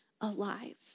alive